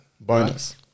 Bonus